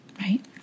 right